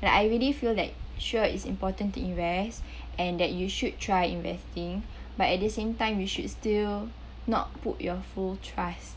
like I really feel like sure is important to invest and that you should try investing but at the same time we should still not put your full trust